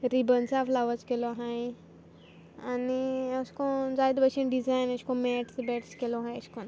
रिबन्सा flower केलो आहाय आनी अशें कोन्न जायते भशेन डिजायन एशें कोन्न मॅट्स बॅट्स केलो आहाय एशें कोन